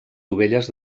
dovelles